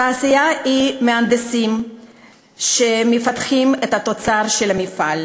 תעשייה היא מהנדסים שמפתחים את התוצר של המפעל,